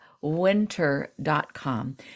winter.com